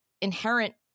inherent